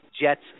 Jets